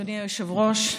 אדוני היושב-ראש,